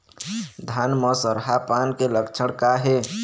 धान म सरहा पान के लक्षण का हे?